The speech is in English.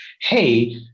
Hey